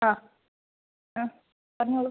ആ ആ പറഞ്ഞോളൂ